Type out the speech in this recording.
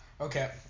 okay